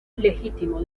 legítimo